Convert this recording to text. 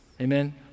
Amen